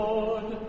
Lord